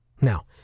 Now